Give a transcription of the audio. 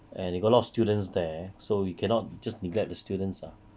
and he got a lot of students there so he cannot just neglect the students lah